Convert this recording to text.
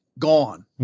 gone